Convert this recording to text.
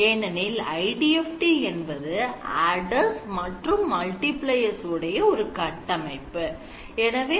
ஏனெனில் IDFT என்பது adders மற்றும் multipliers உடைய ஒரு கட்டமைப்பு